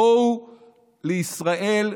בואו לישראל,